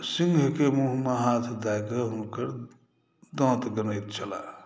सिंहके मुँहमे हाथ दए कऽ हुनकर दाँत गनैत छलाह